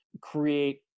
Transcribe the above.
create